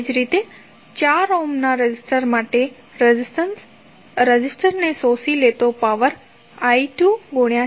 એ જ રીતે 4 ohm resistor માટે રેઝિસ્ટરને શોષી લેતો પાવર I24 હશે અને તે 436